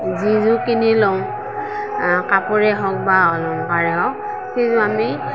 যিযোৰ কিনি লওঁ কাপোৰে হওঁক বা অলংকাৰে হওঁক সেইযোৰ আমি